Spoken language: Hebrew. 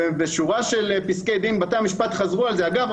אגב,